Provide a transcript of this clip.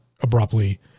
abruptly